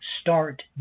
start